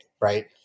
right